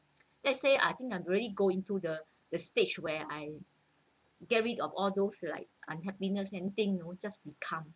let's say I think I'm really go into the the stage where I get rid of all those like unhappiness and thing you know just be calm